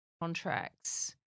contracts